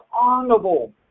honorable